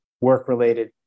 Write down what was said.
work-related